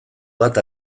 bat